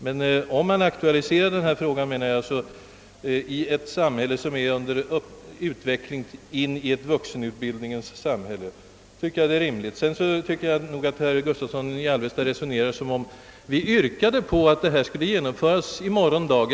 Men att man aktualiserar frågan om sabbatsledighet i ett samhälle som är under utveckling till ett vuxenutbildningssamhälle tycker jag är rimligt. Herr Gustavsson i Alvesta resonerar som om vi yrkade att förslaget skulle genomföras i morgon dag.